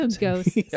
ghost